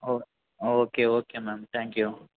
ఓ okay okay మేము thank you